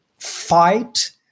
fight